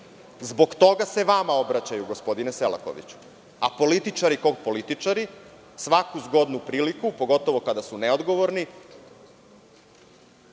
Zbog toga se vama obraćaju, gospodine Selakoviću, a političari ko političari, svaku zgodnu priliku, pogotovo kada su neodgovorni,